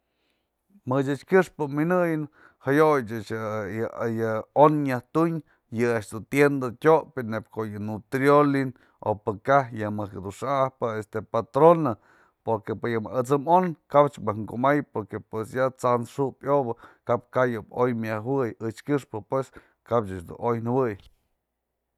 Më yë ech kyëxpë mynëyën jayo'ya ech yë-yë on nyaj tun yë a'ax dun tienda tyopë, neyb ko'o yë nutrioli o pëka'aj yë mëjk dun xa'ajpë este patrona porque pë yë mejk atsë'ëm on ka'ap mëjk kumay porque t'san xu'upë yobä kap ka'ay oy myajëwëy ech këxpë pues, kap ech dun oy nëwëy.